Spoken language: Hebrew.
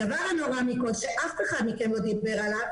הדבר הנורא מכל ואף אחד מכם לא דיבר עליו